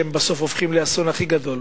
שהם בסוף הופכים לאסון הכי גדול,